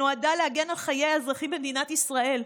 שנועדה להגן על חיי האזרחים במדינת ישראל.